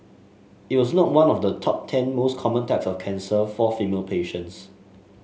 it was not one of the top ten most common types of cancer for female patients